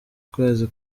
kwezi